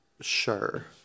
Sure